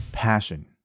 passion